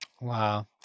Wow